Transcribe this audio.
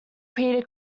peter